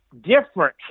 different